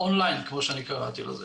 און-ליין כמו שאני קראתי לזה.